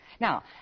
Now